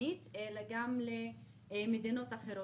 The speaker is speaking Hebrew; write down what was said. זמנית אלא גם למדינות אחרות?